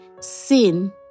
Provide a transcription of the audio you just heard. sin